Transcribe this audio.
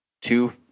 two